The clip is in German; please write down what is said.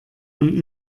und